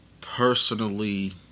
Personally